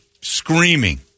screaming